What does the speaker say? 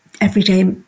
everyday